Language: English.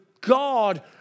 God